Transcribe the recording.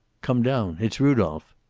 come down. it's rudolph.